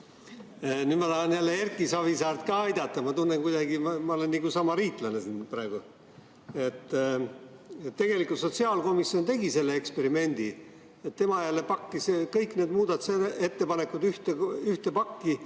Nüüd ma tahan jälle Erki Savisaart aidata. Ma tunnen kuidagi, et ma olen nagu samariitlane siin praegu. Tegelikult sotsiaalkomisjon tegi selle eksperimendi: tema jälle pakkis kõik need muudatusettepanekud ühte pakki